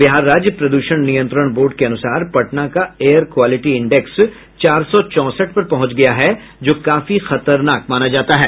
बिहार राज्य प्रदूषण नियंत्रण बोर्ड के अनुसार पटना का एयर क्वालिटी इंडेक्स चार सौ चौंसठ पर पहुंच गया है जो काफी खतरनाक माना जाता है